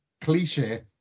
cliche